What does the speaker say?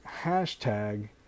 hashtag